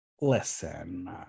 Listen